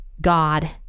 God